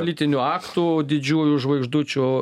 lytinių aktų didžiųjų žvaigždučių